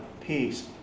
peace